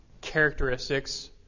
characteristics